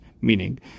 meaning